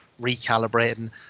recalibrating